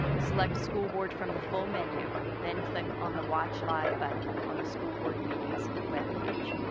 select school board from the full menu. then click on the watch live but and on the school board meeting's web page.